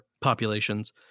populations